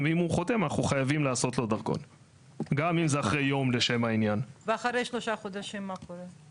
וזה יכול להגיע בחלק מהמקרים לשישה חודשים או חצי שנה,